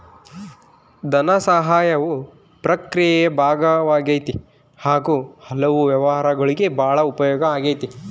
ಧನಸಹಾಯವು ಪ್ರಕ್ರಿಯೆಯ ಭಾಗವಾಗೈತಿ ಹಾಗು ಕೆಲವು ವ್ಯವಹಾರಗುಳ್ಗೆ ಭಾಳ ಉಪಯೋಗ ಆಗೈತೆ